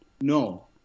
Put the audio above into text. no